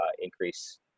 increase